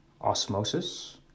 osmosis